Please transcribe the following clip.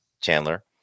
Chandler